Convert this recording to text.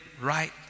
right